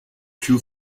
too